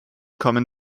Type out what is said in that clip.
common